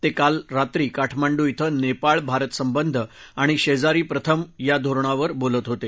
ते काल रात्री काठमांडू क्वे नेपाळ भारत संबंध आणि शेजारी प्रथम धोरणावर बोलत होते